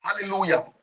hallelujah